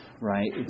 right